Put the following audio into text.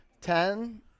Ten